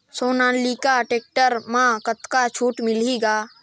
Sonalika tractor म कतका छूट मिलही ग?